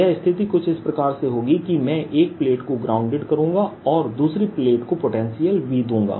यह स्थिति कुछ इस प्रकार से होगी कि मैं एक प्लेट को ग्राउंडेड करूंगा और दूसरी प्लेट को पोटेंशियल V दूंगा